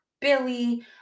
Billy